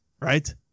right